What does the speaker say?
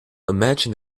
imagine